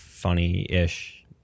funny-ish